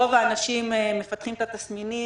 רוב האנשים מפתחים את התסמינים,